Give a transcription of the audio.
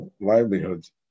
livelihoods